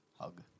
hug